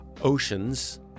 oceans